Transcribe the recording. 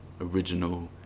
original